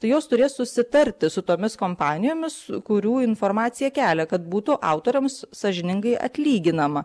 tai jos turės susitarti su tomis kompanijomis kurių informaciją kelia kad būtų autoriams sąžiningai atlyginama